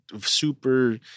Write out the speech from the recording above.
super